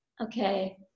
okay